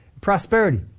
prosperity